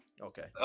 Okay